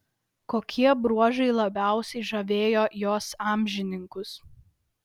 kokie bruožai labiausiai žavėjo jos amžininkus